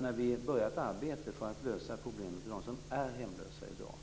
När vi börjar ett arbete för att lösa problemen för dem som är hemlösa i dag